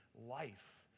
life